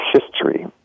history